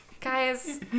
Guys